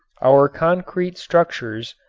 our concrete structures,